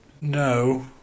No